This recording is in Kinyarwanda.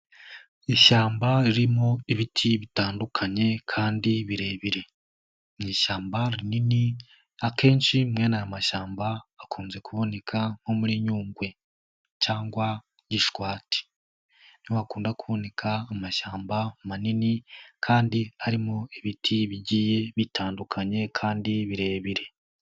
Ishyamba ririmo ibiti bitandukanye kandi birebire. Ni ishyamba rinini akenshi mwene aya mashyamba akunze kuboneka nko muri Nyungwe, cyangwa Gishwati niho hakunda kuboneka amashyamba manini, kandi arimo ibiti bigiye bitandukanye kandi birebire.